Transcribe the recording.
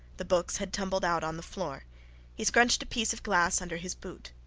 the books had tumbled out on the floor he scrunched a piece of glass under his boot.